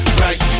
right